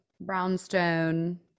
brownstone